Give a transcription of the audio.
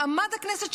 מעמד הכנסת,